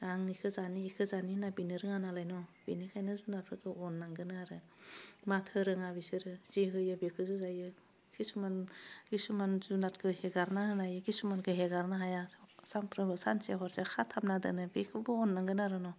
आं इखौ जानि इखौ जानि होन्ना बिनो रोङा नालाय न बेनिखायनो जुनादफोरखौ अननांगोन आरो माथो रोङा बिसोरो जि होयो बेखौसो जायो किसुमान किसुमान जुनादखौ हेगारना होनो हायो किसुमानखौ हेगारनो हाया सामफ्रामबो सानसे हरसे खाथाबना दोनो बेखौबो अन्नांगोन आरो न'